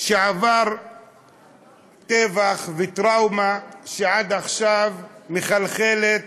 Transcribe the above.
שעבר טבח וטראומה שעד עכשיו מחלחלת